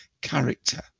character